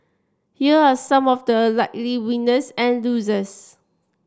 here are some of the likely winners and losers